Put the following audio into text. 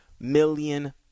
million